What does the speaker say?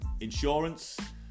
insurance